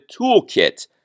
toolkit